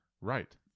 Right